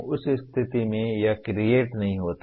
उस स्थिति में यह क्रिएट नहीं होता है